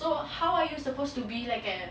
so how are you supposed to be like a